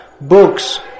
books